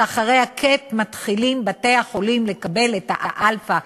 שאחרי ה-cap מתחילים בתי-החולים לקבל את האלפא: